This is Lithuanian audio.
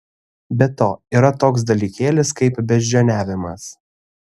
be to yra toks dalykėlis kaip beždžioniavimas